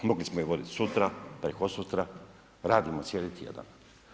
Mogli smo je vodit sutra, prekosutra, radimo cijeli tjedan.